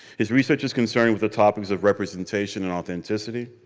his research is concerned with the topics of representation and authenticity,